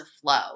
flow